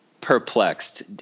Perplexed